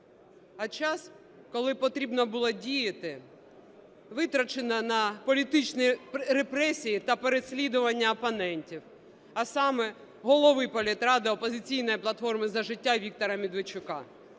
А час, коли потрібно було діяти, витрачено на політичні репресії та переслідування опонентів, а саме голови політради "Опозиційної платформи – За життя" Віктора Медведчука.